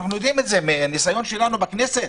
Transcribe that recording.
מניסיוננו בכנסת